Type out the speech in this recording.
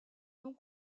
non